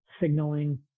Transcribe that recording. signaling